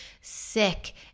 sick